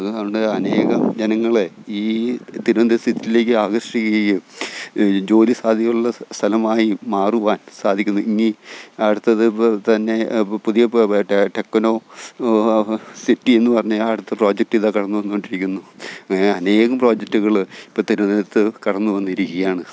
അതുകൊണ്ട് അനേകം ജനങ്ങളെ ഈ തിരുവനന്തപുരം സിറ്റിയിലേക്ക് ആകർഷിക്കുകയും ജോലി സാധ്യതയുള്ള സ്ഥലമായി മാറുവാൻ സാധിക്കുന്നു ഇനീ അടുത്തത് തന്നെ പുതിയ ടെക്നോ സിറ്റി എന്നുപറഞ്ഞ അടുത്ത പ്രോജക്റ്റ് ഇതാ കടന്നുവന്നുകൊണ്ടിരിക്കുന്നു അങ്ങനെ അനേകം പ്രോജറ്റുകള് ഇപ്പോള് തിരുവനന്തപുരത്ത് കടന്നു വന്നിരിക്കുകയാണ്